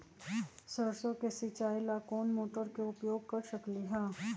सरसों के सिचाई ला कोंन मोटर के उपयोग कर सकली ह?